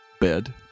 bed